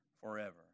forever